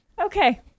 Okay